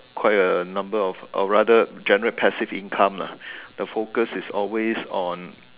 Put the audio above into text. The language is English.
quite a number of or rather generate passive income lah the focus is always on